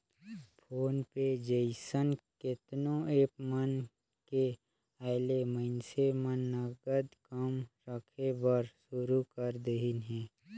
phone पे जइसन केतनो app मन के आयले मइनसे मन नगद कम रखे बर सुरू कर देहिन हे